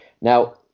Now